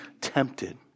tempted